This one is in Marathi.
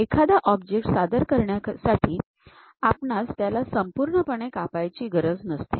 एखादा ऑब्जेक्ट सादर करण्यासाठी आपणास त्याला संपूर्णपणे कापायची गरज नसते